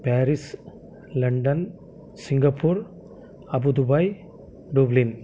Paris London Singapore Abu Dhabi dublin